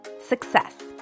success